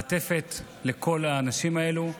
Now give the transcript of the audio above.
מעטפת לכל האנשים האלה,